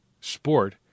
sport